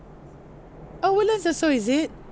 oh woodlands also is it